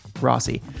Rossi